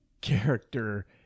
character